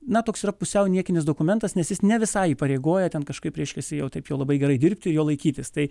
na toks yra pusiau niekinis dokumentas nes jis ne visai įpareigoja ten kažkaip reiškiasi jau taip jau labai gerai dirbti jo laikytis tai